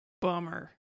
Bummer